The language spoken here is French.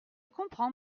comprends